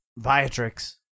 Viatrix